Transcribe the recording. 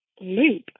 loop